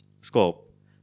scope